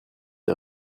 est